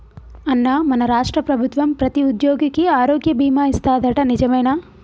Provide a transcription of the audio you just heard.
అన్నా మన రాష్ట్ర ప్రభుత్వం ప్రతి ఉద్యోగికి ఆరోగ్య బీమా ఇస్తాదట నిజమేనా